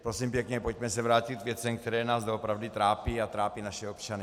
Prosím pěkně, pojďme se vrátit k věcem, které nás doopravdy trápí a trápí naše občany.